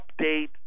update